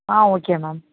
ah okay ma'am